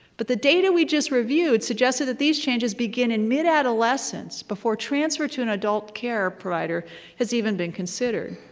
but the data we just reviewed suggested that these changes begin in mid-adolescence before transfer to an adult care provider has even been considered.